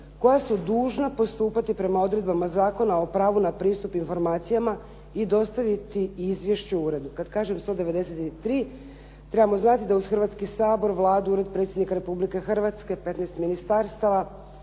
koja su dužna postupati prema odredbama Zakona o pravu na pristup informacijama i dostaviti izvješće uredu. Kad kažem 193 trebamo znati da uz Hrvatski sabor, Vladu, Ured predsjednika Republike Hrvatske, 15 ministarstava